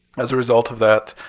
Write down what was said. as a result of that,